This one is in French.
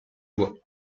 bois